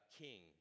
king